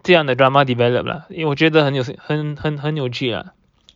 这样的 drama developed lah 因为我觉得很有很很很很有趣啊